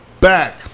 back